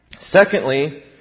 Secondly